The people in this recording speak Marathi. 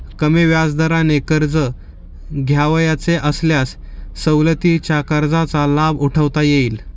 कमी व्याजदराने कर्ज घ्यावयाचे असल्यास सवलतीच्या कर्जाचा लाभ उठवता येईल